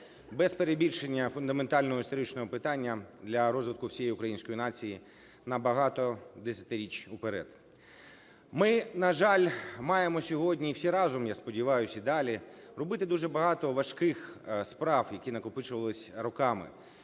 без перебільшення, фундаментального історичного питання для розвитку всієї української нації на багато десятирічь уперед. Ми, на жаль, маємо сьогодні і всі разом, я сподіваюсь, і далі робити дуже багато важких справ, які накопичувались роками,